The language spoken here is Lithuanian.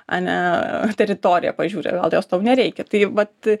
ane teritoriją pažiūri gal jos tau nereikia tai vat